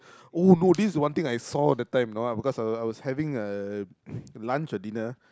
oh no this is one thing I saw that time because I was having uh lunch or dinner